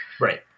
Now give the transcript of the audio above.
Right